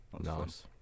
Nice